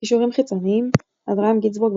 קישורים חיצוניים אברהם גינזבורג,